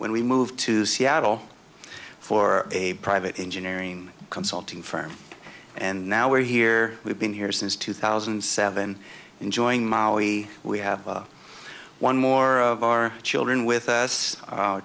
when we moved to seattle for a private engineering consulting firm and now we're here we've been here since two thousand and seven enjoying molly we have one more of our children with us